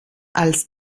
als